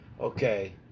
Okay